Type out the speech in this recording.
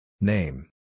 Name